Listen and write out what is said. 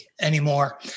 anymore